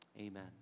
amen